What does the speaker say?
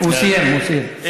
הוא סיים, הוא סיים.